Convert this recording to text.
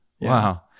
Wow